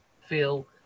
feel